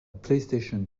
playstation